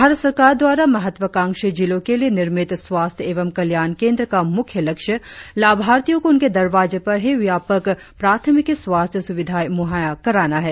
भारत सरकार द्वारा महत्वकांक्षी जिलों के लिए निर्मित स्वास्थ्य एवं कल्याण केंद्र का मुख्य लक्ष्य लाभार्थियों को उनके दरवाजे पर ही व्यापक प्राथमिकी स्वास्थ्य सुविधा मुहैया कराना है